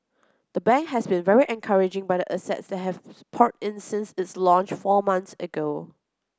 the bank has been very encouraging by the assets that have poured in since its launch four months ago